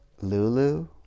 Lulu